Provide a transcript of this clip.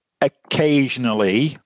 occasionally